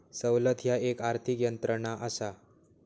सवलत ह्या एक आर्थिक यंत्रणा असा